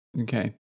Okay